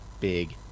big